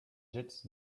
jets